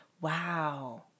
wow